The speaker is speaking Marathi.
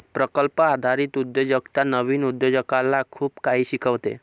प्रकल्प आधारित उद्योजकता नवीन उद्योजकाला खूप काही शिकवते